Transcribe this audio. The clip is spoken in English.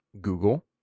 Google